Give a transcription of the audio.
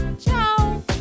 ciao